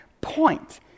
point